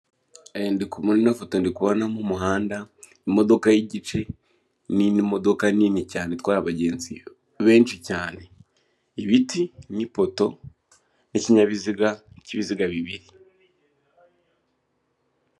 Ndi kubona ino foto, ndi kubonamo umuhanda, imodoka y'igice n'imodoka nini cyane itwaye abagenzi benshi cyane. Ibiti n'ipoto n'ikinyabiziga cy'ibiziga bibiri.